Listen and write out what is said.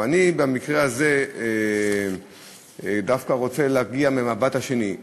במקרה הזה אני דווקא רוצה להגיע מהמבט השני.